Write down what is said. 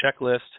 checklist